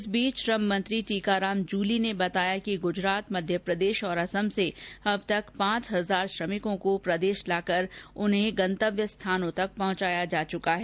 इस बीच श्रम मंत्री टीकाराम जूली ने बताया कि गूजरात मध्यप्रदेश और असम से अब तक पांच हजार श्रमिकों को प्रदेश लाकर उन्हें गंतव्य स्थानों तक पहंचाया जा चुका है